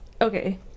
Okay